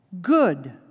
good